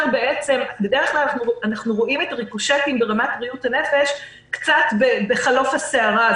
בדרך כלל אנחנו רואים את הריקושטים ברמת בריאות הנפש קצת בחלוף הסערה,